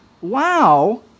Wow